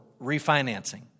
refinancing